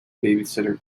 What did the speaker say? babysitter